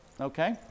Okay